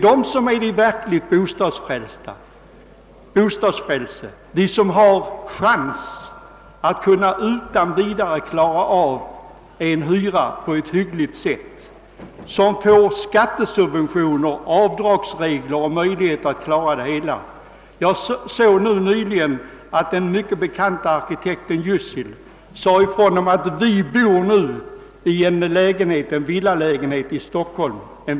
Dessa har en chans att utan vidare klara av en hyra på ett hyggligt sätt. De får skattesubventioner, har avdragsmöjligheter och annat varigenom de kan klara det hela. Jag såg nyligen att den mycket bekanta arkitekten Jussil hade sagt: »Vi bor nu i en villa i Stockholm.